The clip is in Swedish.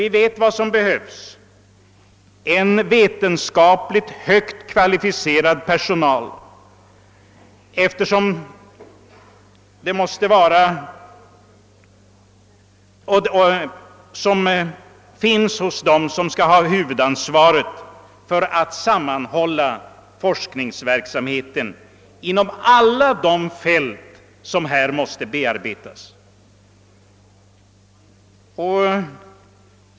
Vi vet vad som behövs: En vetenskapligt högt kvalificerad personal som skall ha huvudansvaret för att sammanhålla — forskningsverksamheten inom alla de fält som här måste bearbetas.